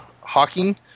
Hawking